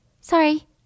sorry